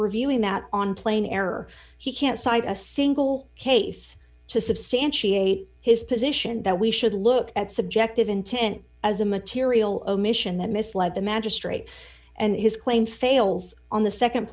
reviewing that on plain error he can't cite a single case to substantiate his position that we should look at subjective intent as a material omission that misled the magistrate and his claim fails on the